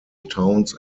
towns